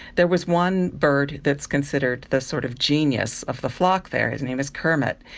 there was one bird that is considered the sort of genius of the flock there, his name is kermit.